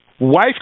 wife